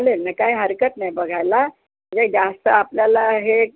चालेल ना काय हरकत नाही बघायला म्हणजे जास्त आपल्याला हे